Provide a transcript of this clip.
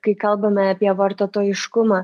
kai kalbame apie vartotojiškumą